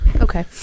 Okay